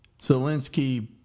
Zelensky